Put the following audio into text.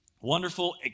wonderful